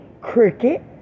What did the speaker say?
cricket